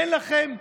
אין לכם מינימום,